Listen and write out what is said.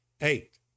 eight